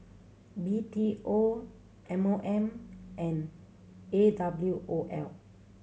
B T O M O M and A W O L